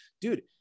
dude